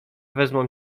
wezmą